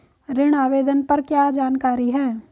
ऋण आवेदन पर क्या जानकारी है?